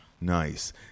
nice